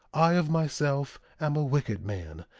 i of myself am a wicked man,